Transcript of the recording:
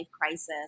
crisis